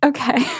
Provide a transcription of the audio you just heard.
Okay